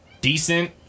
decent